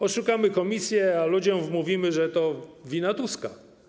Oszukamy komisję, a ludziom wmówimy, że to wina Tuska.